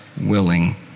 willing